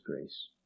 grace